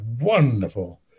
wonderful